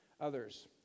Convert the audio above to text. others